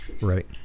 Right